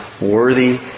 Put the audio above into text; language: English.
worthy